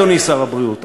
אדוני שר הבריאות,